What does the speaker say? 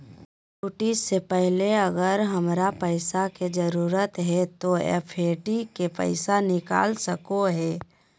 Maturity से पहले अगर हमरा पैसा के जरूरत है तो एफडी के पैसा निकल सको है?